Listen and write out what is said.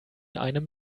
einem